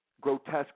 grotesque